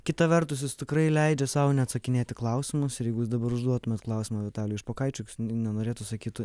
kita vertus jis tikrai leidžia sau neatsakinėt į klausimus ir jeigu jūs dabar užduotumėt klausimą vitalijui špokaičiui nenorėtų sakytų